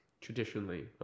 traditionally